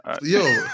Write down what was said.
yo